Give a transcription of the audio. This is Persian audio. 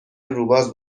روباز